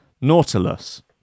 Nautilus